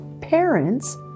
parents